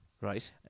Right